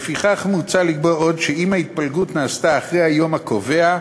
לפיכך מוצע לקבוע עוד שאם התפלגות נעשתה אחרי היום הקובע,